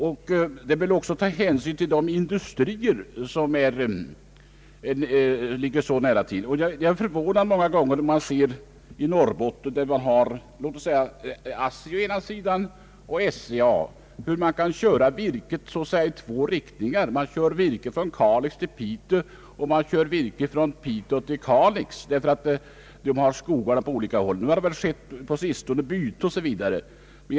Man bör också ta hänsyn till de industrier som ligger nära till. Jag är förvånad många gånger då man ser i Norrbotten, där vi har ASSI å ena sidan och SIA å den andra, hur man kan köra virke i två riktningar. Man kör virke från Kalix till Piteå och från Piteå till Kalix, därför att man har skogar på olika håll. På sistone har väl en del byten förekommit.